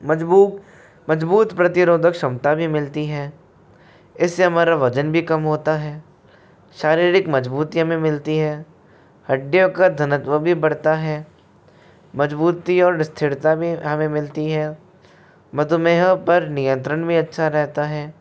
मजबूक मजबूत प्रतिरोधक क्षमता भी मिलती है इससे हमारा वजन भी कम होता है शारीरिक मजबूतियाँ भी मिलती हैं हड्डियों का घनत्व भी बढ़ता है मजबूती और स्थिरता भी हमें मिलती है मधुमेह पर नियंत्रण भी अच्छा रहता है